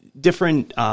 different